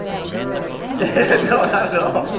rushing you out? no, not and